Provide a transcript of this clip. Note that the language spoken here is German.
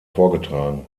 vorgetragen